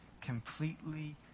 completely